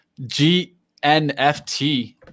GNFT